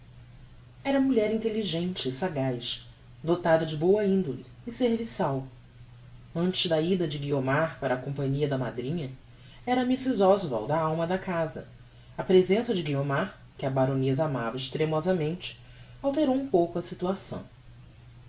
era mulher intelligente e sagaz dotada de boa indole e serviçal antes da ida de guiomar para a companhia da madrinha era mrs oswald a alma da casa a presença de guiomar que a baroneza amava extremosamente alterou um pouco a situação